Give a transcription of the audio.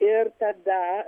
ir tada